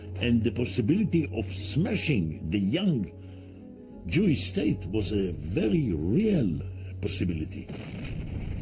and the possibility of smashing the young jewish state was a very real possibility